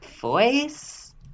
voice